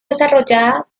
desarrollada